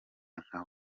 nkawe